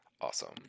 awesome